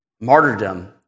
Martyrdom